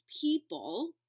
people